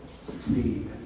succeed